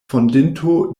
fondinto